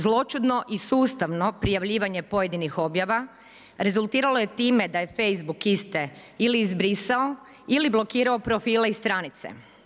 Zloćudno i sustavno prijavljivanje pojedinih objava, rezultiralo je time, da je Facebook iste ili izbrisao, ili blokirao profile iz stranice.